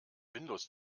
windows